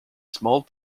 small